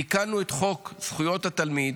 תיקנו את חוק זכויות התלמיד,